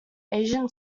asian